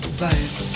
place